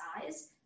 size